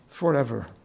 forever